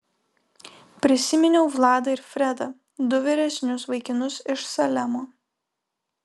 prisiminiau vladą ir fredą du vyresnius vaikinus iš salemo